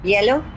Yellow